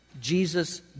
Jesus